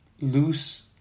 loose